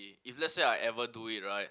if let's say I ever do it right